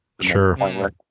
sure